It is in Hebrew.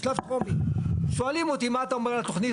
בשלב טרומי שואלים אותי מה אני אומר על התוכנית.